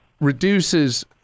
reduces